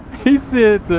he said